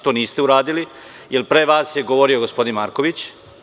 To niste uradili jer pre vas je govorio gospodin Marković.